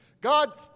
God